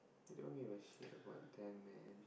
you don't give a shit about them man